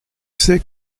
c’est